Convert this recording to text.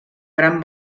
gran